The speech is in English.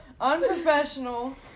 Unprofessional